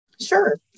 Sure